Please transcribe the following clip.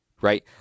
right